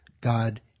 God